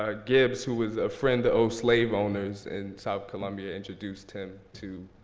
ah gibbs, who was a friend-o-slave owners in south colombia introduced him to